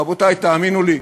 רבותי, תאמינו לי,